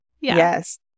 yes